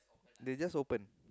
they just open